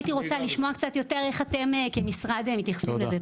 הייתי רוצה לשמוע קצת יותר איך אתם כמשרד מתייחסים לזה.